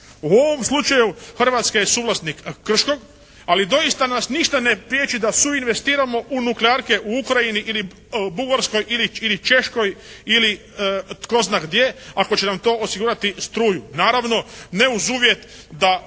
U ovom slučaju Hrvatska je suvlasnik Krškog, ali doista nas ništa ne priječi da su investiramo u nuklearke u Ukrajini ili Bugarskoj ili Češkoj ili tko zna gdje, ako će nam to osigurati struju. Naravno, ne uz uvjet da